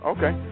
Okay